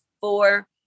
four